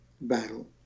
battle